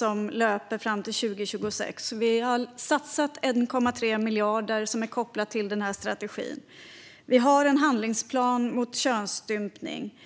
Den löper fram till 2026. Vi har satsat 1,3 miljarder kopplat till strategin. Vi har också en handlingsplan mot könsstympning.